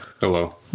hello